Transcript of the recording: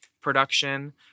production